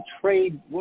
trade